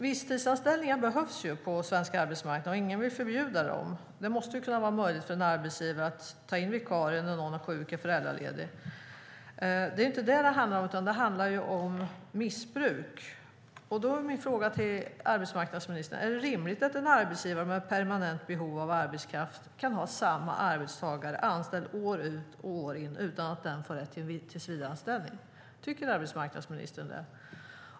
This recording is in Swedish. Visstidsanställningar behövs på den svenska arbetsmarknaden, och ingen vill förbjuda dem. Det måste kunna vara möjligt för en arbetsgivare att ta in en vikarie när någon är sjuk eller föräldraledig. Det handlar inte om det. Det handlar om missbruk. Min fråga till arbetsmarknadsministern är: Är det rimligt att en arbetsgivare med permanent behov av arbetskraft kan ha samma arbetstagare anställd år ut och år in utan att den får rätt till tillsvidareanställning? Tycker arbetsmarknadsministern det?